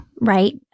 right